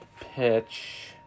pitch